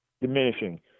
diminishing